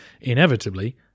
inevitably